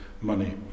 money